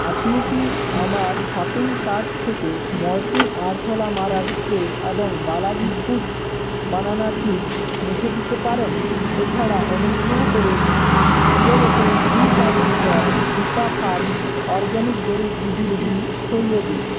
আপনি কি আমার শপিং কার্ট থেকে মর্টিন আরশোলা মারার স্প্রে এবং বালাজি ফুডস বানানা চিপস মুছে দিতে পারেন এছাড়া অনুগ্রহ করে জিরো দশমিক দুই পাঁচ লিটার হিতা ফার্মস অরগ্যানিক গোরুর দুধের ঘি সরিয়ে দিন